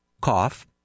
cough